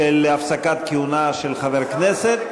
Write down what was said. הפסקת כהונה של חבר כנסת.